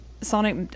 Sonic